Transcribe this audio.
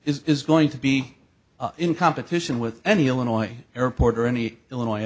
is going to be in competition with any illinois airport or any illinois